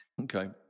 Okay